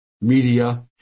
media